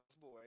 boy